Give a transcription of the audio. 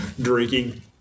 drinking